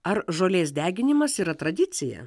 ar žolės deginimas yra tradicija